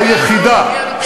היחידה,